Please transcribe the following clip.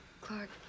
Clark